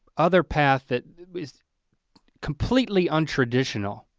other path that was completely untraditional